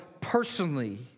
personally